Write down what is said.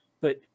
But